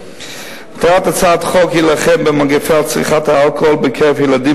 מטרת הצעת החוק היא להילחם במגפת צריכת האלכוהול בקרב ילדים